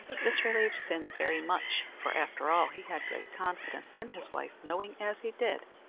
this relieved fin very much for, after all, he had great confidence in his wife, knowing, as he did,